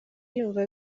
yumva